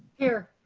here.